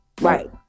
right